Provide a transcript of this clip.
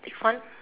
next one